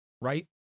right